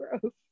gross